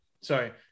Sorry